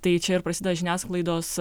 tai čia ir prasideda žiniasklaidos